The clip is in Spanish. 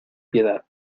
piedad